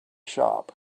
shop